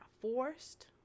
forced